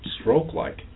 stroke-like